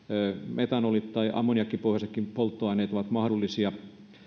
metanolit tai ammoniakkipohjaisetkin polttoaineet ovat mahdollisia